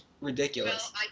ridiculous